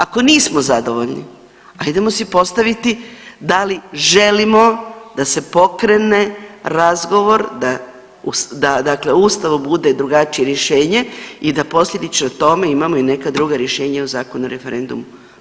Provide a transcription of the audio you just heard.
Ako nismo zadovoljni ajdemo si postaviti da li želimo da se pokrene razgovor da, da dakle u Ustavu bude drugačije rješenje i da posljedično tome imamo i neka druga rješenja u Zakonu o referendumu.